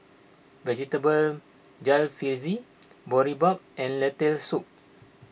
Vegetable Jalfrezi Boribap and Lentil Soup